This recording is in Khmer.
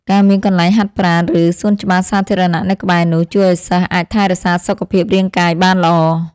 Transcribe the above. ការមានកន្លែងហាត់ប្រាណឬសួនច្បារសាធារណៈនៅក្បែរនោះជួយឱ្យសិស្សអាចថែរក្សាសុខភាពរាងកាយបានល្អ។